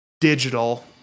digital